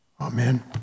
Amen